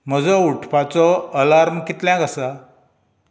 म्हजो उठपाचो अलार्म कितल्यांक आसा